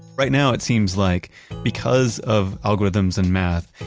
right now it seems like because of algorithms and math,